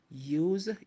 Use